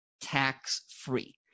tax-free